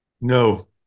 No